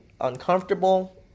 uncomfortable